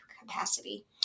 capacity